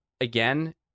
again